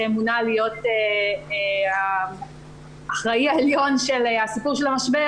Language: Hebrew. שמונה להיות האחראי העליון של המשבר,